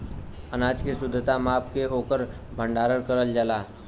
अनाज के शुद्धता माप के ओकर भण्डारन करल जाला